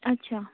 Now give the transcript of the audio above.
ᱟᱪᱪᱷᱟ